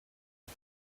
und